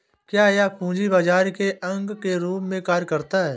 क्या यह पूंजी बाजार के अंग के रूप में कार्य करता है?